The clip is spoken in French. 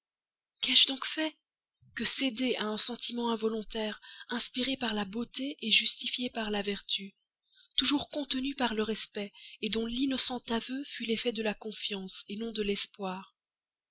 qu'ai-je donc fait que céder à un sentiment involontaire inspiré par la beauté justifié par la vertu toujours contenu par le respect dont l'innocent aveu fut l'effet de la confiance non de l'espoir